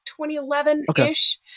2011-ish